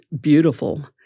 beautiful